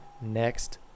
next